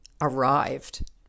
arrived